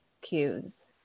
cues